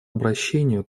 обращению